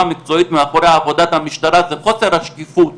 מקצועית אחרי עבודת המשטרה בגלל חוסר השקיפות